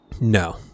No